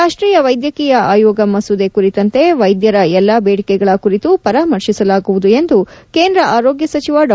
ರಾಷ್ಟೀಯ ವೈದ್ಯಕೀಯ ಆಯೋಗ ಮಸೂದೆ ಕುರಿತಂತೆ ವೈದ್ಯರ ಎಲ್ಲ ಬೇಡಿಕೆಗಳ ಕುರಿತು ಪರಾಮರ್ಶಿಸಲಾಗುವುದು ಎಂದು ಕೇಂದ್ರ ಆರೋಗ್ನ ಸಚಿವ ಡಾ